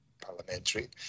parliamentary